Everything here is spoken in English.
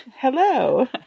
Hello